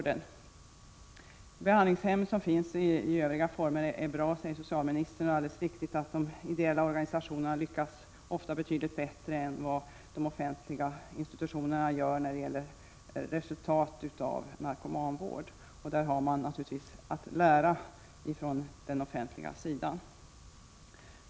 De behandlingshem i övriga former som finns är bra, säger socialministern. Det är alldeles riktigt att de ideella organisationerna ofta lyckas betydligt bättre än de offentliga institutionerna när det gäller att nå resultat inom narkomanvården. Men där har man naturligtvis att lära från den offentliga sidan.